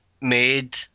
made